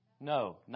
No